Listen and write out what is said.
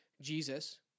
Jesus